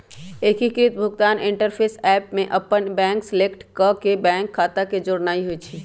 एकीकृत भुगतान interface app में अप्पन बैंक सेलेक्ट क के बैंक खता के जोड़नाइ होइ छइ